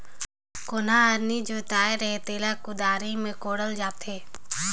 कोनहा हर नी जोताए रहें तेला कुदारी मे कोड़ल जाथे